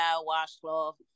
washcloth